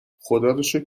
خداروشکر